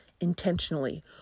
intentionally